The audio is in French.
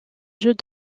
jeux